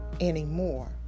anymore